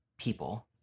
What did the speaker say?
people